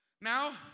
Now